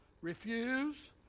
Refuse